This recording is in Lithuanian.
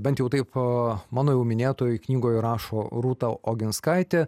bent jau taip mano jau minėtoj knygoj rašo rūta oginskaitė